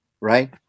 right